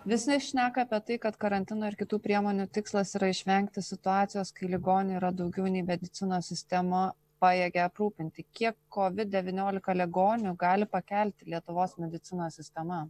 visi šneka apie tai kad karantino ir kitų priemonių tikslas yra išvengti situacijos kai ligonių yra daugiau nei medicinos sistema pajėgia aprūpinti kiek kovid devyniolika ligonių gali pakelti lietuvos medicinos sistema